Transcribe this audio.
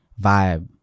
vibe